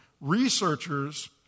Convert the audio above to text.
Researchers